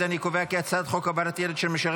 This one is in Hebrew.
אנחנו עוברים להצבעה על הצעת חוק קבלת ילד של משרת